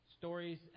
Stories